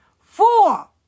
Four